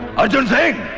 arjun singh.